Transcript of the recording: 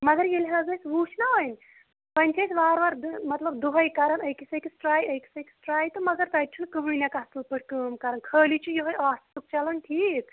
مَگر ییٚلہِ حظ اَسہِ وٕچھ نہ وۄنۍ وۄنۍ چھِ أسۍ وارٕ وارٕ مطلب دُہٲے کَران أکِس أکِس ٹراے أکِس أکِس ٹراے تہٕ مگر تَتہِ چھُنہٕ کٕہٕنۍ اَکھ اصل پٲٹھۍ کٲم کَران خٲلی چھُ یُہٕے آفِسُک چَلان ٹھیٖک